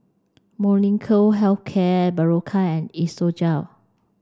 Molnylcke health care Berocca and Isocal